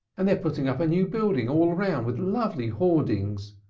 and they are putting up new buildings all round with lovely hoardings,